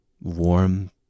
warm